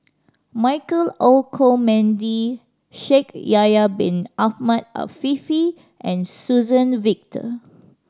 Michael Olcomendy Shaikh Yahya Bin Ahmed Afifi and Suzann Victor